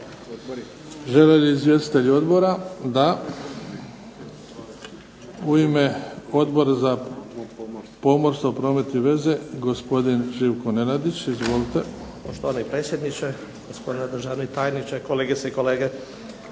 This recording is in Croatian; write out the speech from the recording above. Žele li izvjestitelji odbora? Da. U ime Odbora za pomorstvo, promet i veze, gospodin Živko Nenadić. Izvolite.